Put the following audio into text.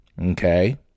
Okay